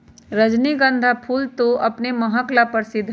रजनीगंधा फूल तो अपन महक ला प्रसिद्ध हई